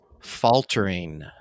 faltering